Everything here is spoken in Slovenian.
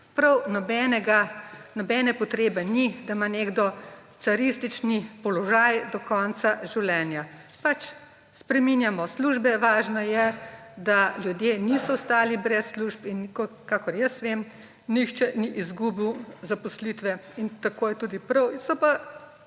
Prav nobene potrebe ni, da ima nekdo caristični položaj do konca življenja. Pač spreminjamo službe, važno je, da ljudje niso ostali brez služb. In kakor jaz vem, nihče ni izgubil zaposlitve, in tako je tudi prav.